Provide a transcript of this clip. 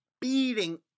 beating